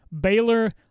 Baylor